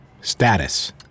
Status